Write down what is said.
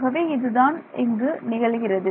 ஆகவே இதுதான் இங்கு நிகழ்கிறது